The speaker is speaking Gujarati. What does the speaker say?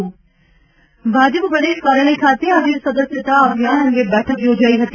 જીતુભાઇ વાઘાણી ભાજપ પ્રદેશ કાર્યાલય ખાતે આજે સદસ્યતા અભિયાન અંગે બેઠક યોજાઇ હતી